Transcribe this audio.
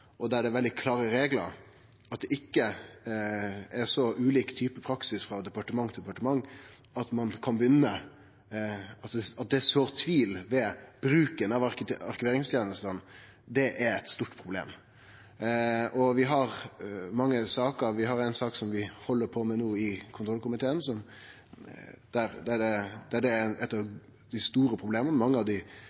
og det må vere veldig klare reglar, slik at det ikkje er så ulik type praksis frå departement til departement at det sår tvil om bruken av arkiveringstenestene. Vi har mange saker. Vi har ei sak som vi held på med no i kontrollkomiteen, som handlar om eit av dei store problema. Mange av dei